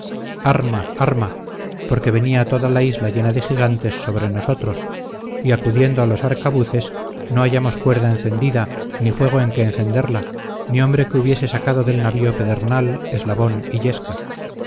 arma arma porque venía toda la isla llena de gigantes sobre nosotros y acudiendo a los arcabuces no hallamos cuerda encendida ni fuego en que encenderla ni hombre que hubiese sacado del navío pedernal eslabón